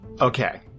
okay